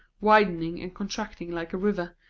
widening and contracting like a river,